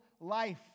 life